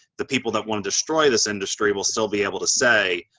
the people that wanna destroy this industry will still be able to say,